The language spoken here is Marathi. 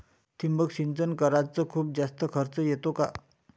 ठिबक सिंचन कराच खूप जास्त खर्च येतो का?